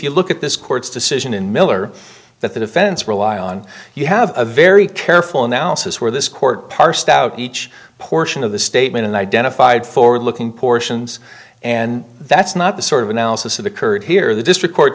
you look at this court's decision in miller that the defense rely on you have a very careful analysis where this court parsed out each portion of the statement and identified forward looking portions and that's not the sort of analysis of occurred here the district court